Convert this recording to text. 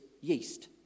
yeast